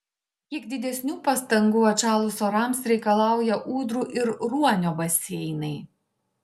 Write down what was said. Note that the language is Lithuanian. kiek didesnių pastangų atšalus orams reikalauja ūdrų ir ruonio baseinai